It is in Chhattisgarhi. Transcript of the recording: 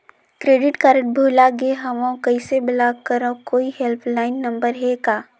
क्रेडिट कारड भुला गे हववं कइसे ब्लाक करव? कोई हेल्पलाइन नंबर हे का?